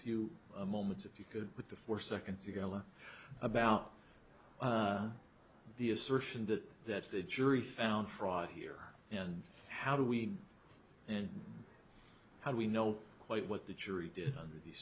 few moments if you could with the four seconds ago about the assertion that that the jury found fraud here and how do we and how do we know quite what the jury did under the